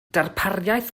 darpariaeth